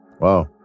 Wow